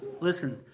listen